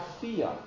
fear